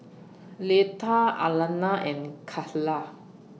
Leatha Alannah and Kayla